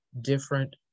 different